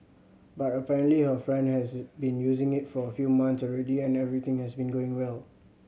but apparently her friend has been using it for a few months already and everything has been going well